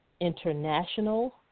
International